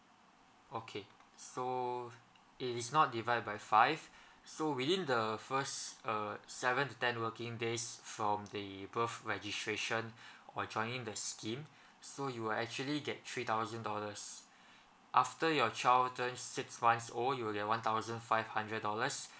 okay so it is not divide by five so within the first uh seven to ten working days from the birth registration or joining the scheme so you will actually get three thousand dollars after your child turns six months old you'll get one thousand five hundred dollars